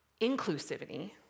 inclusivity